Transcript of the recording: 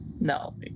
No